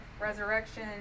resurrection